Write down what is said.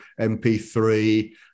MP3